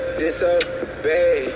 disobey